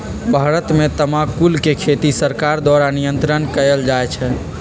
भारत में तमाकुल के खेती सरकार द्वारा नियन्त्रण कएल जाइ छइ